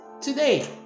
Today